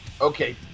okay